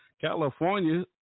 California